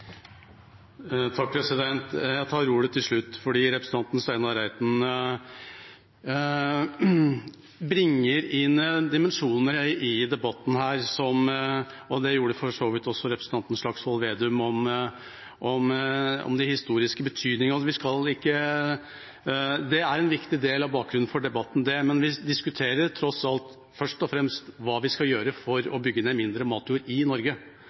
Jeg tar ordet til slutt fordi representanten Steinar Reiten bringer inn en dimensjon i debatten – det gjorde for så vidt også representanten Slagsvold Vedum – om den historiske betydningen. Det er en viktig del av bakgrunnen for debatten, men vi diskuterer tross alt først og fremst hva vi skal gjøre for å bygge ned mindre matjord i Norge.